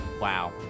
wow